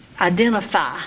identify